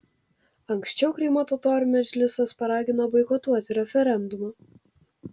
anksčiau krymo totorių medžlisas paragino boikotuoti referendumą